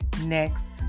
next